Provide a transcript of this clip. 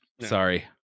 Sorry